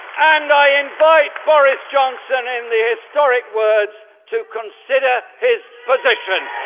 and i invite boris johnson in the historic words to consider his position.